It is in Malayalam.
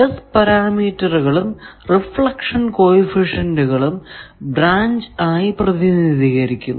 S പരാമീറ്ററുകളും റിഫ്ലക്ഷൻ കോ എഫിഷ്യൻറുകളും ബ്രാഞ്ച് ആയി പ്രതിനിധീകരിക്കുന്നു